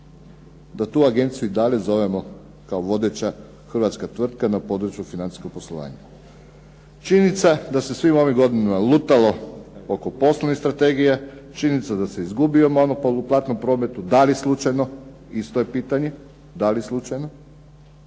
da tu agenciju i dalje zovemo kao vodeća hrvatska tvrtaka na području financijskog poslovanja? Činjenica je da se svih ovih godina lutalo oko poslovne strategije, činjenica je da se izgubio monopol u platnom prometu. Da li slučajno isto je pitanje, da li slučajno?